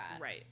right